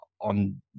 on